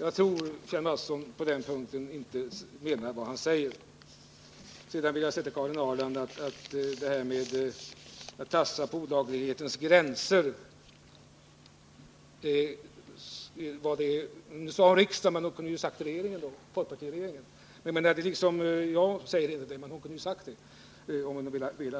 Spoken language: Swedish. Jag tror att Kjell Mattsson på denna punkt inte menar vad han säger. Karin Ahrland sade att riksdagen tassar på olaglighetens gräns. Hon kunde i stället ha sagt att folkpartiregeringen gjorde det, om hon nu vill